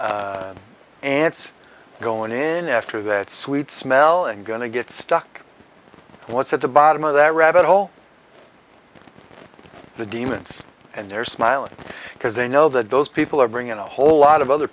or ants going in after that sweet smelling going to get stuck what's at the bottom of that rabbit hole the demons and they're smiling because they know that those people are bringing a whole lot of other